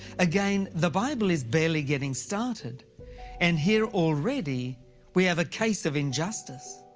again, the bible is barely getting started and here already we have a case of injustice.